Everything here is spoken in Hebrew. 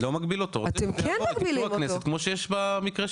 לא מגביל אותו, רוצים אישור הכנסת כמו שיש לנשיא.